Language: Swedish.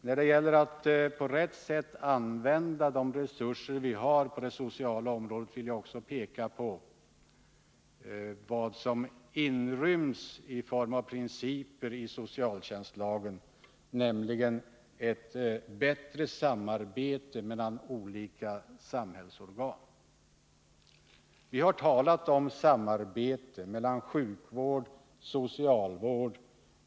När det gäller att på rätt sätt använda de resurser vi har på det sociala området vill jag också peka på vad som i form av principer inryms i socialtjänstlagen, nämligen principen om ett bättre samarbete mellan olika samhällsorgan. Vi har talat om samarbete mellan sjukvård och socialvård.